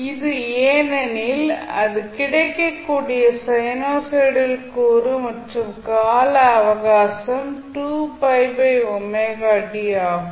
அது ஏனெனில் அது கிடைக்கக்கூடிய சைனூசாய்டல் கூறு மற்றும் கால அவகாசம் ஆகும்